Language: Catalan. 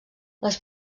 les